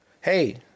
Hey